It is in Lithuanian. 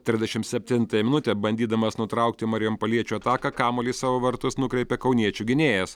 trisdešim septintąją minutę bandydamas nutraukti marijampoliečių ataką kamuolį į savo vartus nukreipė kauniečių gynėjas